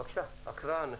בבקשה להקריא.